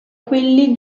quelli